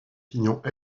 pignons